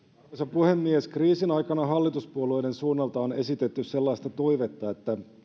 puhemies kriisin aikana hallituspuolueiden suunnalta on esitetty sellaista toivetta että